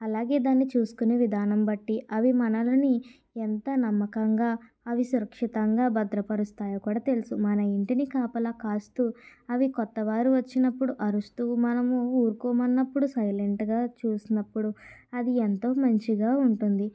అలాగే దాన్ని చూసుకునే విధానం బట్టి అవి మనలని ఎంత నమ్మకంగా అవి సురక్షితంగా భద్రపరుస్తాయో కూడా తెలుసు మన ఇంటిని కాపలా కాస్తు అవి కొత్తవారు వచ్చినప్పుడు అరుస్తు మనము ఊరుకోమని అన్నప్పుడు సైలెంట్గా చూసినప్పుడు అది ఎంతో మంచిగా ఉంటుంది